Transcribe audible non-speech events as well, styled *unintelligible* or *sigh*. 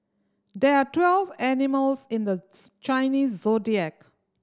there are twelve animals in the *unintelligible* Chinese Zodiac